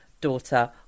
Daughter